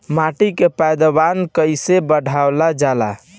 माटी के पैदावार कईसे बढ़ावल जाला?